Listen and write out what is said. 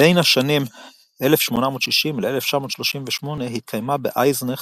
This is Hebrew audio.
בין השנים 1860–1938 התקיימה באייזנך